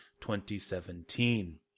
2017